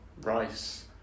Rice